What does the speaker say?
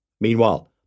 Meanwhile